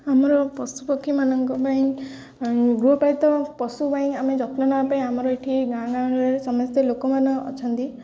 ଆମର ପଶୁପକ୍ଷୀମାନଙ୍କ ପାଇଁ ଗୃହପାଳିତ ପଶୁ ପାଇଁ ଆମେ ଯତ୍ନ ନେବା ପାଇଁ ଆମର ଏଠି ଗାଁ ଗହଳିରେ ସମସ୍ତେ ଲୋକମାନେ ଅଛନ୍ତି